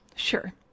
Sure